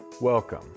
Welcome